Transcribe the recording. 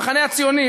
המחנה הציוני,